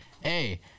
hey